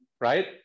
right